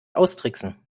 austricksen